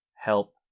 help